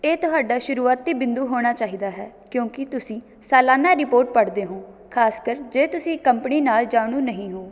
ਇਹ ਤੁਹਾਡਾ ਸ਼ੁਰੂਆਤੀ ਬਿੰਦੂ ਹੋਣਾ ਚਾਹੀਦਾ ਹੈ ਕਿਉਂਕਿ ਤੁਸੀਂ ਸਾਲਾਨਾ ਰਿਪੋਰਟ ਪੜ੍ਹਦੇ ਹੋਂ ਖ਼ਾਸਕਰ ਜੇ ਤੁਸੀਂ ਕੰਪਨੀ ਨਾਲ ਜਾਣੂ ਨਹੀਂ ਹੋ